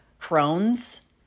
Crohn's